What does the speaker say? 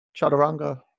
chaturanga